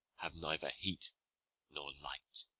have neither heat nor light.